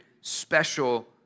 special